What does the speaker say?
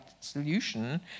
solution